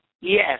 Yes